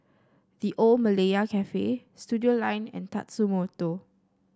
The Old Malaya Cafe Studioline and Tatsumoto